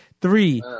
Three